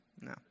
No